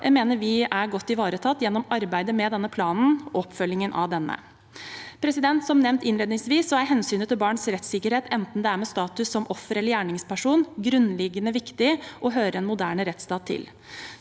mener vi er godt ivaretatt gjennom arbeidet med og oppfølgingen av denne planen. Som nevnt innledningsvis er hensynet til barns rettssikkerhet, enten det er med status som offer eller gjerningsperson, grunnleggende viktig og hører en moderne rettsstat til.